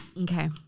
Okay